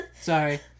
Sorry